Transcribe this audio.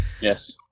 Yes